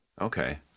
Okay